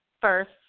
first